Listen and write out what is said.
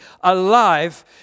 alive